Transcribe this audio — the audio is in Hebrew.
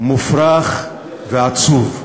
מופרך ועצוב.